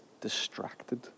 distracted